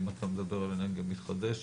אם אתה מדבר על אנרגיה מתחדשת,